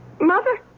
Mother